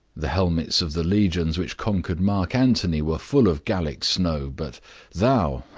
the helmets of the legions which conquered mark antony were full of gallic snow but thou ah,